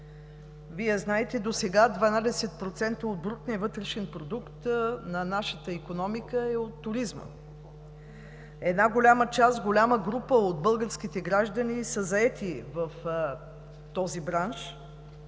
ми е: знаете, че досега 12% от брутния вътрешен продукт на нашата икономика е от туризма и една голяма група от българските граждани са заети в този бранш.